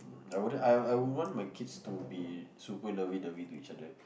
I wouldn't I I would want my kids to be super lovey dovey to each other